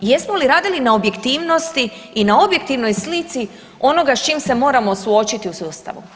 Jesmo li radili na objektivnosti i na objektivnoj slici onoga s čim se moramo suočiti u sustavu?